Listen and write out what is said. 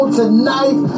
tonight